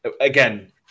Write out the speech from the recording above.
again